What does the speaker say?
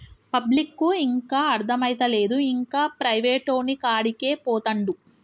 పబ్లిక్కు ఇంకా అర్థమైతలేదు, ఇంకా ప్రైవేటోనికాడికే పోతండు